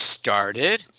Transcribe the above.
started